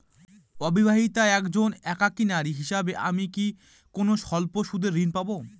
অবিবাহিতা একজন একাকী নারী হিসেবে আমি কি কোনো স্বল্প সুদের ঋণ পাব?